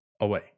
away